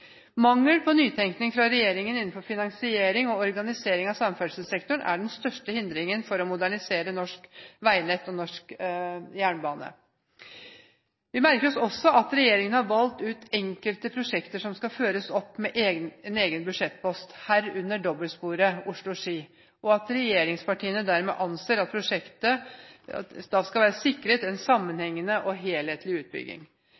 Mangel på nytenkning fra regjeringen innenfor finansiering og organisering av samferdselssektoren er den største hindringen for å modernisere norsk veinett og norsk jernbane. Vi merker oss også at Regjeringen har valgt ut enkelte prosjekter som skal føres opp med en egen budsjettpost, herunder dobbeltsporet Oslo–Ski, og at regjeringspartiene dermed anser at prosjektet skal være sikret en sammenhengende og helhetlig utbygging.